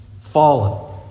Fallen